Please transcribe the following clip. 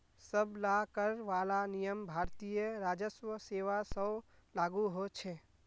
सब ला कर वाला नियम भारतीय राजस्व सेवा स्व लागू होछे